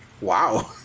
Wow